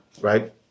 right